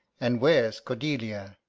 and where's cordelia?